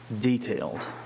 detailed